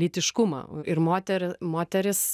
lytiškumą ir motere moteris